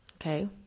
Okay